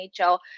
NHL